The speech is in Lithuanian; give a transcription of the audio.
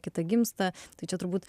kita gimsta tai čia turbūt